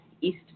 east